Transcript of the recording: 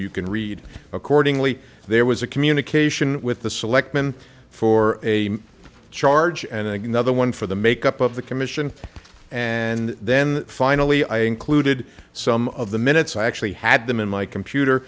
you can read accordingly there was a communication with the selectmen for a charge and another one for the make up of the commission and then finally i included some of the minutes i actually had them in my computer